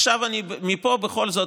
עכשיו אני אעבור מפה בכל זאת,